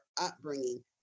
upbringing